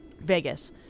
Vegas